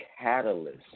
catalyst